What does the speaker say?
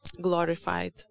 glorified